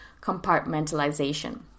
compartmentalization